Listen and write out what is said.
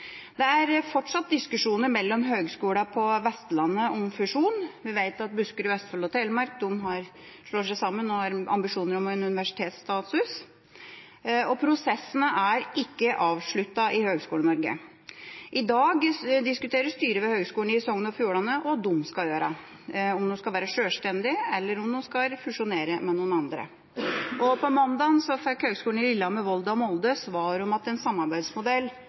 Det er fortsatt diskusjoner mellom høgskolene på Vestlandet om fusjon. Vi vet at Buskerud, Vestfold og Telemark slår seg sammen og har ambisjoner om å få universitetsstatus. Og prosessene er ikke avsluttet i Høgskole-Norge. I dag diskuterer styret ved Høgskulen i Sogn og Fjordane hva de skal gjøre – om de skal være sjølstendig, eller om de skal fusjonere med noen andre. På mandag fikk Høgskolen i Lillehammer, Høgskulen i Volda og Høgskolen i Molde svar om at en samarbeidsmodell